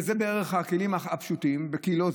וזה בערך הכלים הפשוטים בקילו,